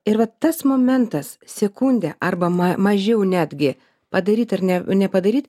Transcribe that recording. ir va tas momentas sekundė arba ma mažiau netgi padaryt ar ne nepadaryt